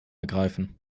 ergreifen